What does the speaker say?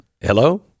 Hello